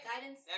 Guidance